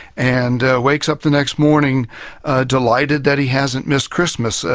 and wakes up the next morning delighted that he hasn't missed christmas,